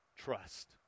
Trust